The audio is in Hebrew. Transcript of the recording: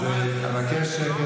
הוא לא אמר את זה.